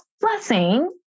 Blessing